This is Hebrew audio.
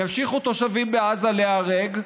ימשיכו תושבים בעזה להיהרג,